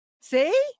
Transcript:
See